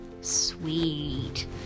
Sweet